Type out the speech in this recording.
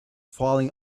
falling